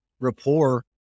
rapport